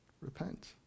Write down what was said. repent